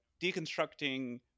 deconstructing